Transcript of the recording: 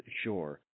sure